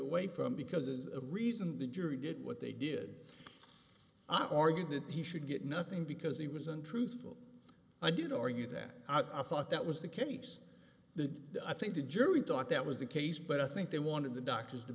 away from because there's a reason the jury did what they did argue that he should get nothing because he was untruthful and you know or you that i thought that was the case the i think the jury thought that was the case but i think they wanted the doctors to